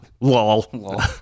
Lol